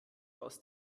aus